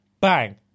bang